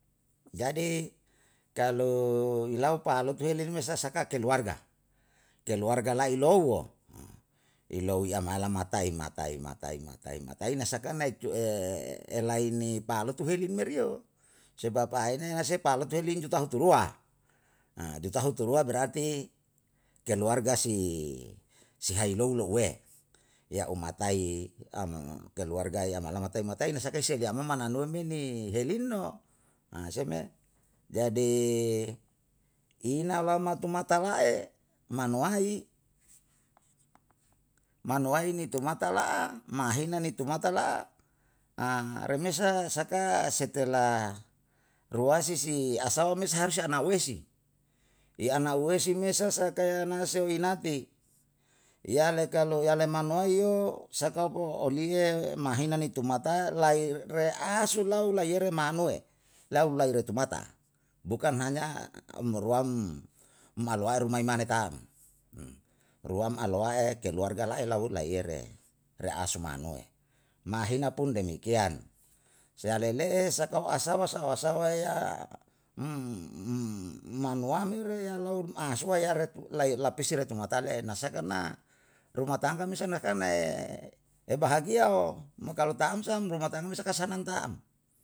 Yam moite kalu mouweya malakulu na sena si asala, kalu siasala harusi amuruwaina, i amruwai nusuweyo pe nisale ine ni saleine unani saleinena, jadi saka amaneye siunan saleine, nalo'o i amruwai mesa na remesa tamlo'o tingkat nai asawa men yo, berarti i am ruwai na. i am ruwai opemesa ituwei opemesa ni hulane isa, sei anura ute ute, oyear na itunoya pariyoawaritan, wera ute ute. Jadi selama hulane isa me sai hamera ute ute turus me riyo kasibi ute, mareresei ute, yane pun juga iute, ni inane ni isa karabasa, inane biasa ritam ipake ni inane mesa ke karabasa. Jadi saka ainai me saka i eiha karabasa lo inana, lalu ni ni ohine nesa ne nalo asona, kanai litine asona sai harus pake ohine, jadi ituwope me sa ni hulane isa me sakai anuwera ute ute me laipora ai, ipora ai se tam hulane reisa him tendesei suawamana helu ni, ta'i s'uyoro ero